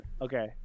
Okay